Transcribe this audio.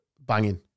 banging